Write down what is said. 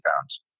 pounds